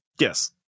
Yes